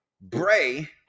Bray